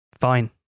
fine